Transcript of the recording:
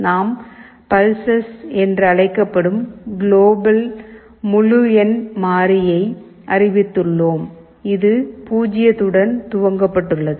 நாம் "pulses" "pulses என்று அழைக்கப்படும் குளோபல் முழு எண் மாறியை அறிவித்துள்ளோம் இது 0 வுடன் துவக்கப்பட்டுள்ளது